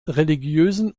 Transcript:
religiösen